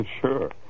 Sure